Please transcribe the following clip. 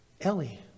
Ellie